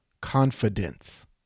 confidence